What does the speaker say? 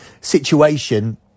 situation